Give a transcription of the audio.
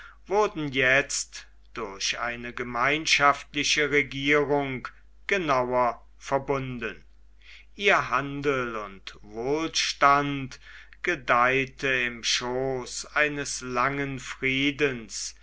wurden jetzt durch eine gemeinschaftliche regierung genauer verbunden ihr handel und wohlstand gedeihte im schooß eines langen friedens